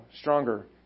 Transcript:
stronger